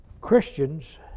Christians